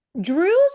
Drew's